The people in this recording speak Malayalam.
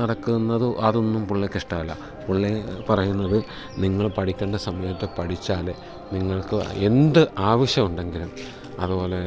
നടക്കുന്നതും അതൊന്നും പുള്ളിക്ക് ഇഷ്ടമല്ല പുള്ളി പറയുന്നത് നിങ്ങൾ പഠിക്കേണ്ട സമയത്ത് പഠിച്ചാൽ നിങ്ങൾക്ക് എന്ത് ആവശ്യം ഉണ്ടെങ്കിലും അതുപോലെ